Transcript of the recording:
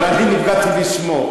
אבל אני נפגעתי בשמו,